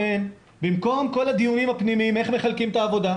במקום כל הדיונים הפנימיים איך מחלקים את העבודה,